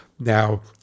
now